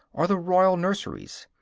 are the royal nurseries,